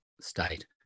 state